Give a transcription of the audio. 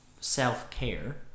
self-care